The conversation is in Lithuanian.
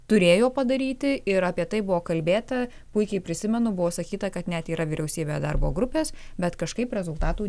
turėjo padaryti ir apie tai buvo kalbėta puikiai prisimenu buvo sakyta kad net yra vyriausybės darbo grupės bet kažkaip rezultatų